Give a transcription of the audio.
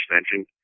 extension